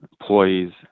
employees